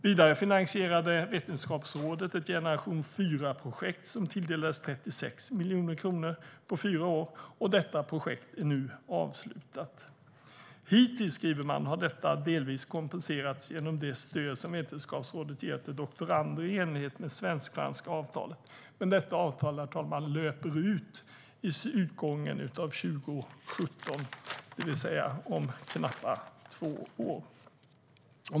Vidare finansierade Vetenskapsrådet ett generation-fyra-projekt som tilldelades 36 miljoner kronor på fyra år. Detta projekt är nu avslutat. Hittills, skriver man, har detta delvis kompenserats genom det stöd som Vetenskapsrådet gett till doktorander i enlighet med svensk-franska avtalet. Men detta avtal, herr talman, löper ut vid utgången av 2017, det vill säga om knappa två år.